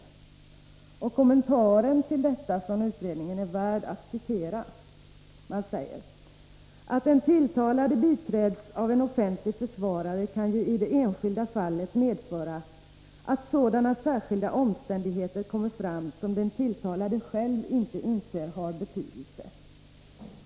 Utredningens kommentar till detta är värd att citera: ”Att den tilltalade biträds av en-offentlig försvarare kan ju i det enskilda fallet medföra att sådana särskilda omständigheter kommer fram som den tilltalade själv inte inser har betydelse.